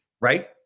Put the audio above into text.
Right